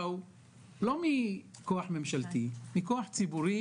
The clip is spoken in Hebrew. ואמרתי גם בכינוס החגיגי של הוועדה שבו נבחרתי לעמוד בראשותה,